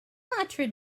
country